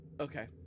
Okay